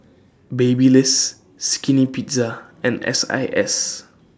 Babyliss Skinny Pizza and S I S